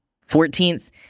Fourteenth